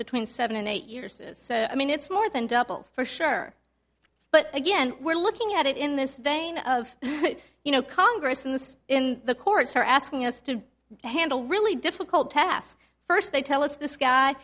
between seven and eight years so i mean it's more than double for sure but again we're looking at it in this vein of you know congress in this and the courts are asking us to handle really difficult task first they tell us this guy